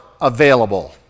available